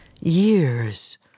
years